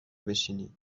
بشینی